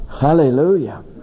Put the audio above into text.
Hallelujah